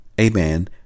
Amen